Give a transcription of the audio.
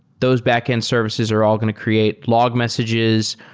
those backend services are all going to create log messages.